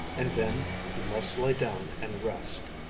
and then you must lie down and rest,